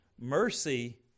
Mercy